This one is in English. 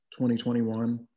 2021